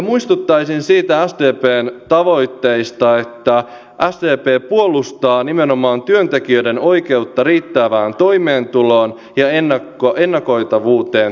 muistuttaisin siitä sdpn tavoitteesta että sdp puolustaa nimenomaan työntekijöiden oikeutta riittävään toimeentuloon ja ennakoitavuuteen työelämässä